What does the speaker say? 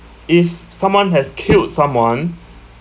if someone has killed someone